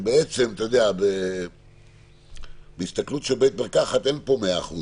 בעצם אין פה 100%